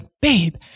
babe